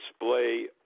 display